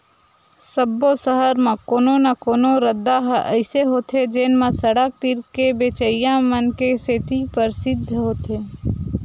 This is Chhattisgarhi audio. सब्बो सहर म कोनो न कोनो रद्दा ह अइसे होथे जेन म सड़क तीर के बेचइया मन के सेती परसिद्ध होथे